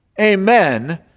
Amen